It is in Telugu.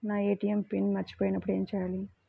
నా ఏ.టీ.ఎం పిన్ మరచిపోయినప్పుడు ఏమి చేయాలి?